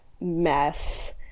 mess